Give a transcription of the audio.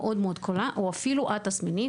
במחלה תסמינית או במחלה בקרב אנשים צעירים,